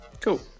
Cool